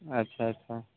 ଆଚ୍ଛା ଆଚ୍ଛା